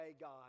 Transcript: God